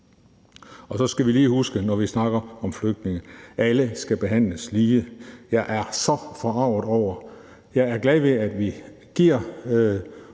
Så skal vi lige huske, når vi snakker om flygtninge, at alle skal behandles lige. Jeg er så forarget. Jeg er glad ved, at vi giver